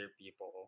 people